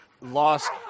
lost